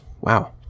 Wow